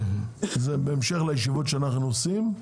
זו ישיבה בהמשך לישיבות שאנחנו עושים,